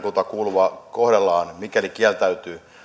kuuluvaa kohdellaan mikäli kieltäytyy